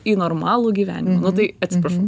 į normalų gyvenimą nu tai atsiprašau